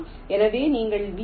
எனவே நீங்கள் வி